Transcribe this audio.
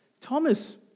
Thomas